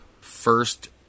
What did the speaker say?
first